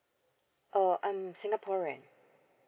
oh I'm in singaporean